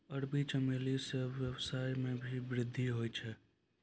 अरबी चमेली से वेवसाय मे भी वृद्धि हुवै छै